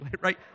right